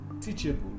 teachable